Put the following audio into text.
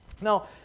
Now